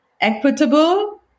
equitable